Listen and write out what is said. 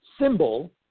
symbol